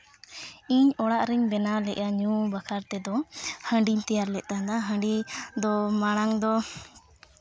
ᱤᱧ ᱚᱲᱟᱜ ᱨᱤᱧ ᱵᱮᱱᱟᱣ ᱞᱮᱜᱼᱟ ᱧᱩ ᱵᱟᱠᱷᱨᱟ ᱛᱮᱫᱚ ᱦᱟᱹᱰᱤᱧ ᱛᱮᱭᱟᱨ ᱞᱮᱫ ᱛᱟᱦᱮᱱᱟ ᱦᱟᱹᱰᱤ ᱫᱚ ᱢᱟᱲᱟᱝ ᱫᱚ